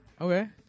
Okay